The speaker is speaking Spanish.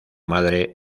madre